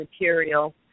material